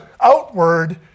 outward